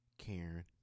Karen